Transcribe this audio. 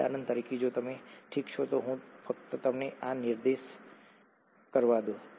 ઉદાહરણ તરીકે જો તમે ઠીક છે તો હું ફક્ત તમને આ નિર્દેશ કરવા દો